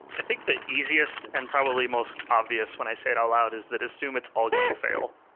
i think the easiest and probably most obvious when i say it out loud is that assume it's all going to fail.